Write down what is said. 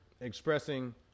expressing